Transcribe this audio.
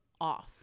off